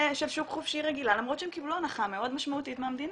של שוק חופשי רגילה למרות שהם קיבלו הנחה מאוד משמעותית מהמדינה.